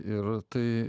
ir tai